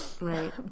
right